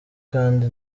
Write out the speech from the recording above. kandi